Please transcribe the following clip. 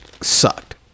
Sucked